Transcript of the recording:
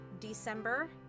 December